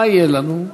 מה יהיה לנו?